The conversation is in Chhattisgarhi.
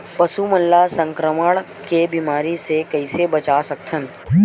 पशु मन ला संक्रमण के बीमारी से कइसे बचा सकथन?